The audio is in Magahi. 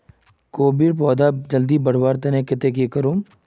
कोबीर पौधा जल्दी बढ़वार केते की करूम?